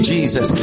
Jesus